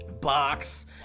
box